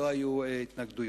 לא היו התנגדויות.